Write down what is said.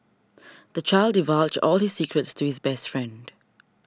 the child divulged all his secrets to his best friend